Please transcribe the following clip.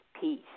peace